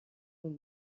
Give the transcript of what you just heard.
اون